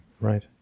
right